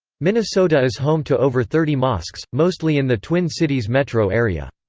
minnesota is home to over thirty mosques, mostly in the twin cities metro area.